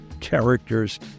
characters